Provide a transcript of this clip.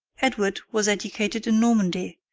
edward was educated in normandy,